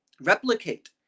replicate